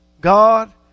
God